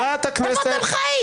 חברת הכנסת.